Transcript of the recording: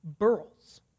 burls